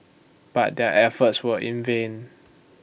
but their efforts were in vain